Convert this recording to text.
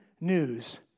news